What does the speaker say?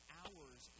hours